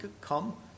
come